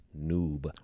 noob